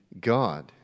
God